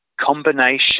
combination